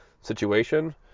situation